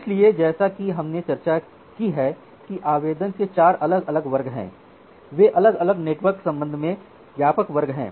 इसलिए जैसा कि हमने चर्चा की है कि आवेदन के 4 अलग अलग वर्ग हैं वे अलग अलग नेटवर्क संदर्भों में व्यापक वर्ग हैं